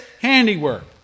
handiwork